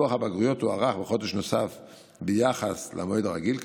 לוח הבגרויות הוארך בחודש נוסף ביחס למועד הרגיל,